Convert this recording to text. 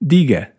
Diga